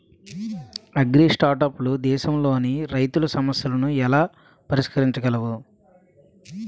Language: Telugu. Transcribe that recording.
అగ్రిస్టార్టప్లు దేశంలోని రైతుల సమస్యలను ఎలా పరిష్కరించగలవు?